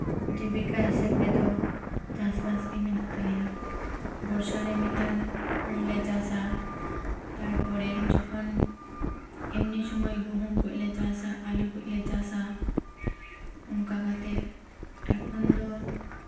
ᱡᱤᱵᱤᱠᱟ ᱦᱤᱥᱟᱹᱵ ᱨᱮᱫᱚ ᱪᱟᱥᱵᱟᱥᱜᱮ ᱢᱮᱱᱟᱜ ᱛᱟᱞᱮᱭᱟ ᱵᱚᱨᱥᱟᱨᱮ ᱢᱤᱫ ᱫᱷᱟᱣ ᱦᱩᱲᱩᱞᱮ ᱪᱟᱥᱟ ᱛᱟᱨᱯᱚᱨᱮ ᱡᱚᱠᱷᱚᱱ ᱮᱢᱱᱤ ᱥᱩᱢᱟᱹᱭ ᱜᱩᱦᱩᱢ ᱠᱚᱞᱮ ᱪᱟᱥᱟ ᱟᱹᱞᱩ ᱠᱚᱞᱮ ᱪᱟᱥᱟ ᱚᱱᱠᱟ ᱠᱟᱛᱮᱫ ᱮᱠᱷᱚᱱ ᱫᱚ